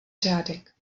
řádek